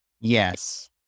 yes